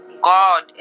God